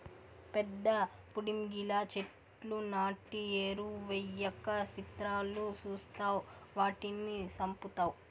పెద్ద పుడింగిలా చెట్లు నాటి ఎరువెయ్యక సిత్రాలు సూస్తావ్ వాటిని సంపుతావ్